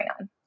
on